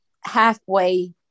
halfway